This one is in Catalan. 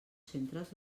centres